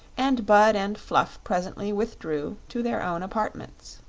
and bud and fluff presently withdrew to their own apartments.